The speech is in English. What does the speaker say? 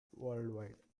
worldwide